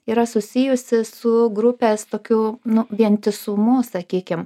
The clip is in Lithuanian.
yra susijusi su grupės tokiu nu vientisumu sakykim